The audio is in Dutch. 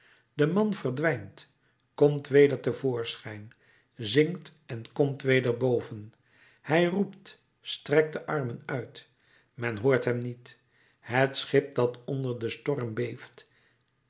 de man verdwijnt komt weder te voorschijn zinkt en komt weder boven hij roept strekt de armen uit men hoort hem niet het schip dat onder den storm beeft